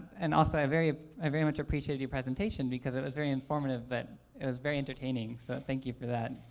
and also i very i very much appreciated your presentation because it was very informative, but it was very entertaining, so thank you for that.